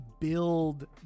build